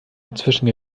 dazwischen